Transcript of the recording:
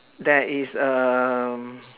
there is a um